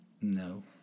No